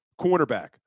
cornerback